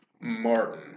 martin